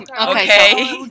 Okay